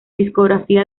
discográfica